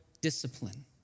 discipline